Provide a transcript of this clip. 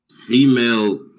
female